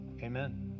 Amen